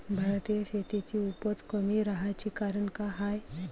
भारतीय शेतीची उपज कमी राहाची कारन का हाय?